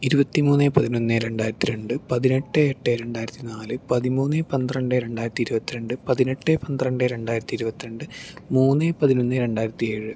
ഇരുപത്തി മൂന്ന് പതിനൊന്ന് രണ്ടായിരത്തി രണ്ട് പതിനെട്ട് എട്ട് രണ്ടായിരത്തി നാല് പതിമൂന്ന് പന്ത്രണ്ട് രണ്ടായിരത്തി ഇരുപത്തി രണ്ട് പതിനെട്ട് പന്ത്രണ്ട് രണ്ടായിരത്തി ഇരുപത്തി രണ്ട് മൂന്ന് പതിനൊന്ന് രണ്ടായിരത്തി ഏഴ്